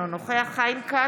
אינו נוכח חיים כץ,